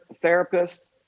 therapist